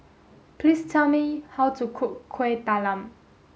please tell me how to cook Kueh Talam